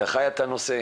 אתה חי את הנושא,